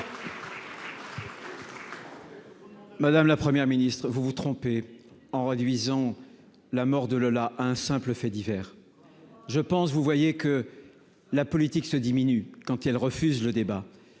Madame la première ministre, vous vous trompez en réduisant la mort de Lola, un simple fait divers, je pense, vous voyez que la politique se diminue quand elle refuse le débat,